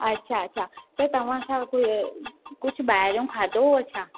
अच्छा अच्छा त तव्हां छा कु कुझु ॿाहिरो खाधो हुयव छा